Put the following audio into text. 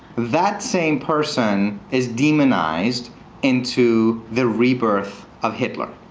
that same person is demonized into the rebirth of hitler.